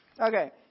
Okay